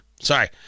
Sorry